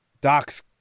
Doc's